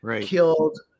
killed